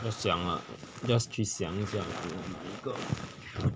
just 想 ah just 去想一想